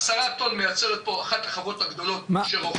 עשרה טון מייצרת פה אחת החוות הגדולות שרוכשים ממנה כולם.